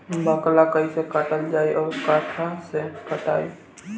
बाकला कईसे काटल जाई औरो कट्ठा से कटाई?